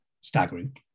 staggering